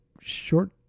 short